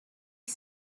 had